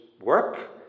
work